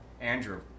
Andrew